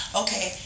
okay